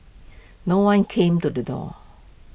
no one came to the door